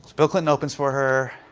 bill clinton opens for her,